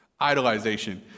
Idolization